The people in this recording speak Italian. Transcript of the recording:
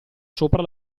sopra